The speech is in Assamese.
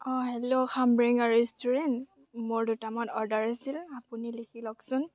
অঁ হেল্ল' খাম্বৰেঙা ৰেষ্টুৰেন্ট মোৰ দুটামান অৰ্ডাৰ আছিল আপুনি লিখি লওকচোন